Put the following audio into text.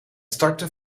startte